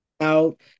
out